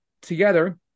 together